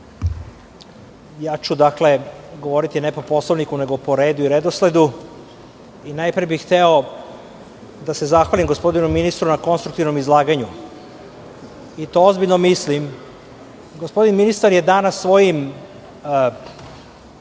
ministre, govoriću ne po Poslovniku, nego po redu i redosledu i najpre bih hteo da se zahvalim gospodinu ministru na konstruktivnom izlaganju i to ozbiljno mislim. Gospodin ministar je danas svojim